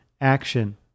action